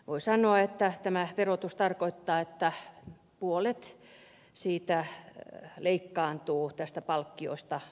voi sanoa että tämä verotus tarkoittaa että puolet leikkaantuu tästä palkkiosta pois